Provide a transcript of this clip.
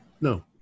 No